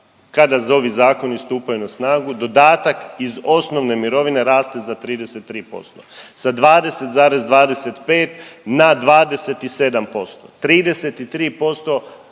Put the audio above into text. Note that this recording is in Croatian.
kada ovi zakoni stupaju na snagu dodatak iz osnovne mirovine raste za 33%, sa 20,25 na 27%, 33%